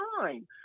time